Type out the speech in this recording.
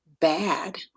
bad